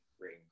great